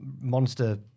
monster